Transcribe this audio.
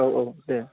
औ औ दे